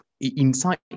inside